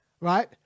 right